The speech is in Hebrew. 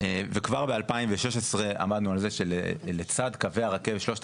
וכבר ב-2016 עמדנו על זה שלצד שלושת